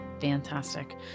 Fantastic